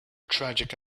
tragic